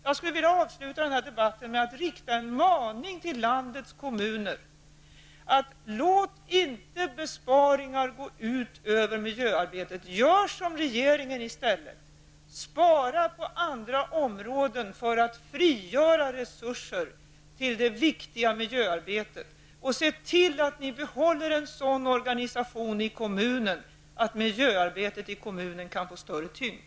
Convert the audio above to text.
Jag skulle vilja avsluta den här debatten genom att rikta en maning till landets kommuner: Låt inte besparingar gå ut över miljöarbetet utan gör som regeringen och spara på andra områden för att frigöra resurser att avsättas till det viktiga miljöarbetet, och se till att ni behåller en sådan organisation i kommunen att miljöarbetet i kommunen kan få större tyngd!